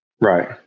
Right